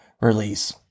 release